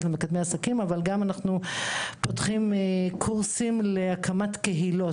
בקורס למקדמי עסקים, וגם קורסים להקמת קהילות.